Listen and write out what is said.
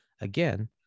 Again